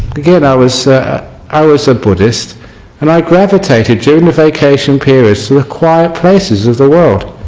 again i was i was a buddhist and i gravitated during the vacation periods to ah quiet places of the world.